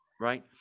right